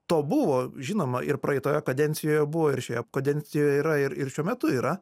to buvo žinoma ir praeitoje kadencijoje buvo ir šioje kadencijoje yra ir ir šiuo metu yra